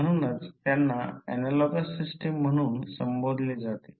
म्हणूनच त्यांना analogous system म्हणून संबोधले जाते